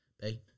hey